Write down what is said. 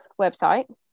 website